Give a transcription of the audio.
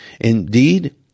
Indeed